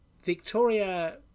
Victoria